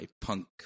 punk